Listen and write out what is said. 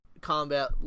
combat